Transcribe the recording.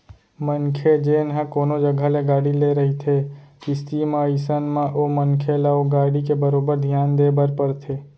मनखे जेन ह कोनो जघा ले गाड़ी ले रहिथे किस्ती म अइसन म ओ मनखे ल ओ गाड़ी के बरोबर धियान देय बर परथे